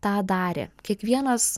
tą darė kiekvienas